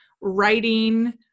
writing